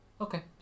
Okay